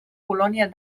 colònia